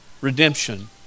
redemption